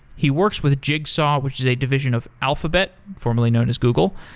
he works with jigsaw, which is a division of alphabet, formerly known as google,